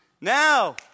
Now